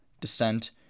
descent